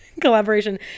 collaboration